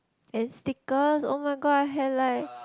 and stickers oh-my-god I had like